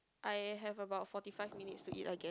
I have about forty five minutes to eat I guess